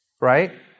right